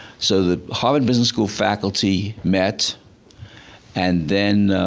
so the harvard business school faculty met and then,